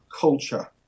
culture